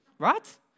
Right